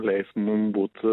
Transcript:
leis mum būt